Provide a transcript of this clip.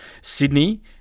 Sydney